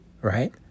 right